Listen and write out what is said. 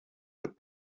that